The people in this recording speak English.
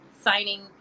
Signing